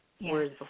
Whereas